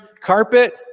carpet